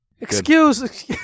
Excuse